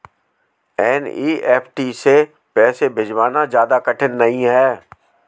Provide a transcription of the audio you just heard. NEFT से पैसे भिजवाना ज्यादा कठिन नहीं है